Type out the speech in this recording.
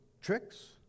tricks